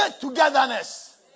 togetherness